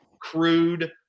crude